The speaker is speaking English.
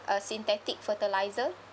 a synthetic fertilizer